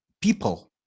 people